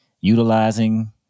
utilizing